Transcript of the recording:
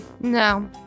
No